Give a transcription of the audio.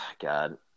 God